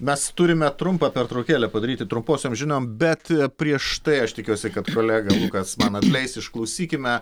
mes turime trumpą pertraukėlę padaryti trumposiom žiniom bet prieš tai aš tikiuosi kad kolega lukas man atleis išklausykime